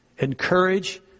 Encourage